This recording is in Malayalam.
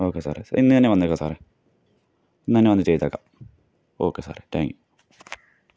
ഓക്കെ സാറെ ഇന്ന് തന്നെ വന്നേക്കാം സാറെ ഇന്നുതന്നെ വന്നു ചെയ്തേക്കാം ഓക്കെ സാറെ താങ്ക് യു